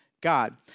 God